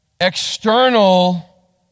external